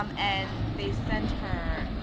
um and they sent her,